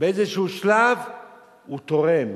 באיזשהו שלב הוא תורם